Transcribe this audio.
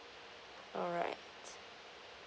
alright